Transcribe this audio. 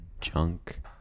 junk